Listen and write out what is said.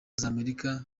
z’amerika